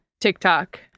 TikTok